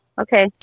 Okay